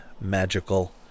magical